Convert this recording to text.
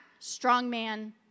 strongman